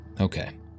Okay